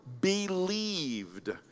believed